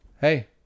hey